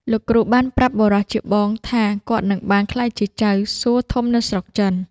លោកគ្រូបានប្រាប់បុរសជាបងថាគាត់នឹងបានក្លាយជាចៅសួធំនៅស្រុកចិន។